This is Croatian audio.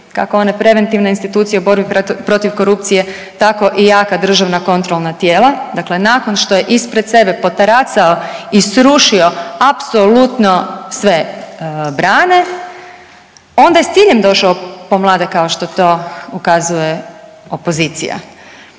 kako one preventivne institucije u borbi protiv korupcije tako i jaka državna kontrolna tijela. Dakle, nakon što je ispred sebe potaracao i srušio apsolutno sve brane onda je ciljem došao po mlade kao što to ukazuje opozicija.